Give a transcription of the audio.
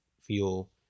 fuel